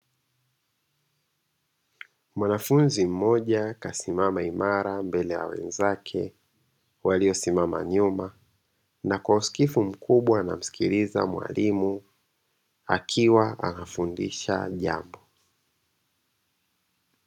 Mwanafunzi mmoja kasimama imara mbele ya wenzake waliyosimama nyuma na kwa usikivu mkubwa wanamsikiliza mwalimu akiwa anafundisha jambo.